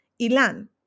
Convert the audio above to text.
Ilan